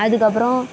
அதுக்கு அப்றம்